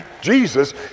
Jesus